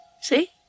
See